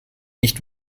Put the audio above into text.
nicht